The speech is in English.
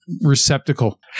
receptacle